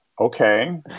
okay